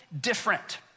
different